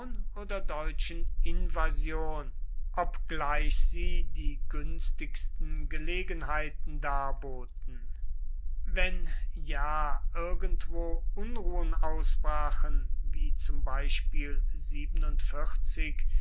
oder deutschen invasion obgleich sie die günstigsten gelegenheiten darboten wenn ja irgendwo unruhen ausbrachen wie zum beispiel